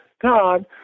God